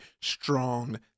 strong